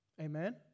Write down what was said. Amen